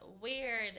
weird